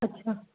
अछा